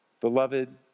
Beloved